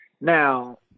Now